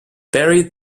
berry